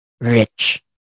rich